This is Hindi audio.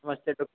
नमस्ते डॉक्टर